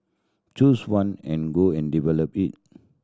choose one and go and develop it